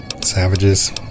Savages